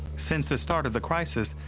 since the start of the crisis,